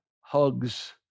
hugs